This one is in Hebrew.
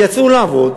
הן יצאו לעבוד,